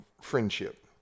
friendship